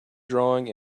drawing